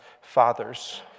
fathers